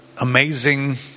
amazing